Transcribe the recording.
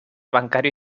bancario